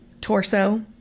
torso